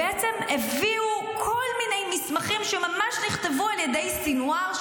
הביאו כל מיני מסמכים שממש נכתבו על ידי סנוואר,